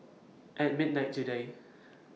At midnight today